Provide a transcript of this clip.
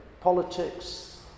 politics